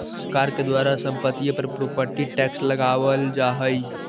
सरकार के द्वारा संपत्तिय पर प्रॉपर्टी टैक्स लगावल जा हई